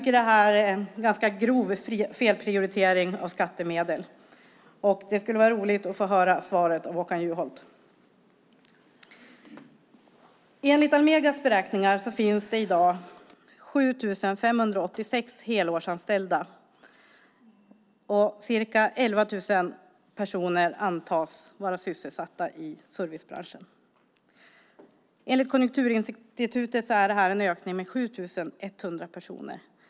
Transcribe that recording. Det här är en grov felprioritering av skattemedel. Det skulle vara roligt att få höra svaret av Håkan Juholt. Enligt Almegas beräkningar finns i dag 7 586 helårsanställda. Cirka 11 000 personer antas vara sysselsatta i servicebranschen. Enligt Konjunkturinstitutet är det här en ökning med 7 100 personer.